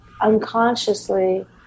unconsciously